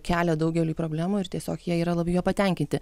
kelią daugeliui problemų ir tiesiog jie yra labai juo patenkinti